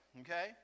okay